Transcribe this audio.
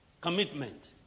commitment